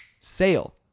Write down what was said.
Sale